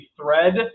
thread